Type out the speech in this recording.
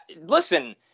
Listen